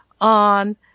on